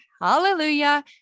hallelujah